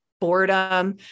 boredom